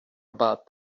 about